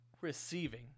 receiving